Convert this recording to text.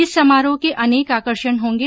इस समारोह के अनेक आकर्षण होंगे